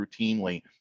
routinely